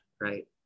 right